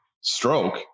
stroke